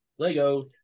Legos